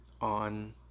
on